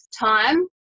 time